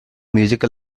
musical